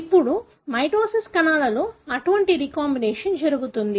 ఇప్పుడు మైటోటిక్ కణాలలో అటువంటి రీకాంబినేషన్ జరుగుతుంది